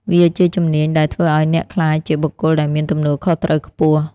វាជាជំនាញដែលធ្វើឱ្យអ្នកក្លាយជាបុគ្គលដែលមានទំនួលខុសត្រូវខ្ពស់។